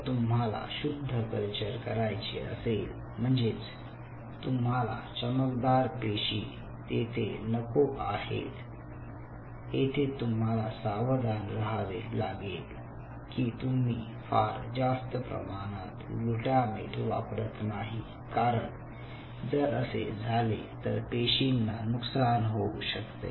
जर तुम्हाला शुद्ध कल्चर करायचे असेल म्हणजेच तुम्हाला चमकदार पेशी तेथे नको आहेत येथे तुम्हाला सावधान रहावे लागेल की तुम्ही फार जास्त प्रमाणात ग्लूटामेट वापरत नाही कारण जर असे झाले तर पेशींना नुकसान होऊ शकते